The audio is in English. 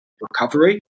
recovery